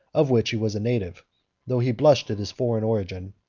of which he was a native though he blushed at his foreign origin,